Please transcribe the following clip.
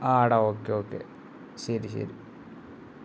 ആ എടാ okay okay ശരി ശരി